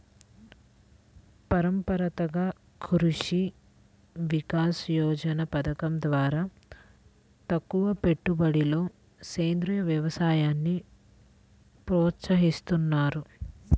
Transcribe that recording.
పరంపరాగత కృషి వికాస యోజన పథకం ద్వారా తక్కువపెట్టుబడితో సేంద్రీయ వ్యవసాయాన్ని ప్రోత్సహిస్తున్నారు